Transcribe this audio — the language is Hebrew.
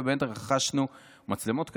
ובין היתר רכשנו מצלמות כאלה,